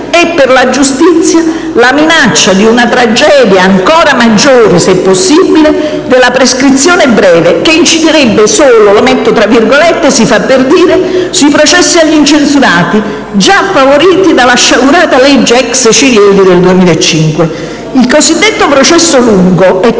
è per la giustizia la minaccia di una tragedia ancora maggiore, se possibile, della prescrizione breve, che inciderebbe "solo" , si fa per dire, sui processi agli incensurati, già favoriti dalla sciagurata legge ex-Cirielli del 2005. Il cosiddetto processo lungo,